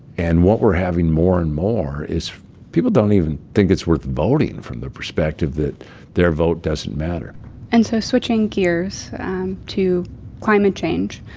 and what we're having more and more is people don't even think it's worth voting, from the perspective that their vote doesn't matter and so switching gears to climate change.